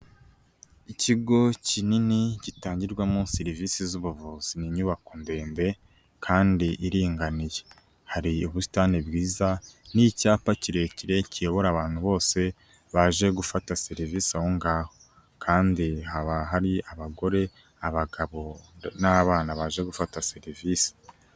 Ikigo kinini gitangirwamo serivisi zubuvuzi. Ni inyubako ndende kandi iringaniye. Hari ubusitani bwiza n'icyapa kirekire kiyobora abantu bose baje gufata serivisi aho ngaho. Kandi haba hari abagore, abagabo n'abana baje gufata serivisi.